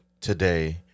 today